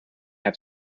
have